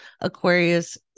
Aquarius